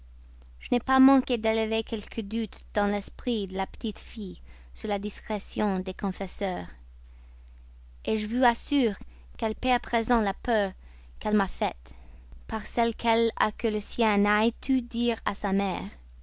je n'ai pas manqué d'élever quelques doutes dans l'esprit de la petite fille sur la discrétion des confesseurs je vous assure qu'elle paie à présent la peur qu'elle m'a faite par celle qu'elle a que le sien n'aille tout dire à sa mère